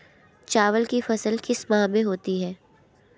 चावल की फसल किस माह में होती है?